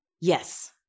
Yes